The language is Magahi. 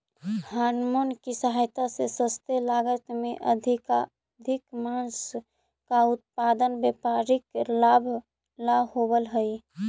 हॉरमोन की सहायता से सस्ते लागत में अधिकाधिक माँस का उत्पादन व्यापारिक लाभ ला होवअ हई